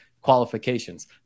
qualifications